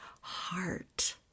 heart